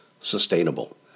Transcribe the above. sustainable